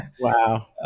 Wow